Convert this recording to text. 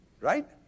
right